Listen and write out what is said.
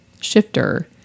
shifter